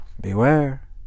beware